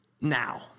now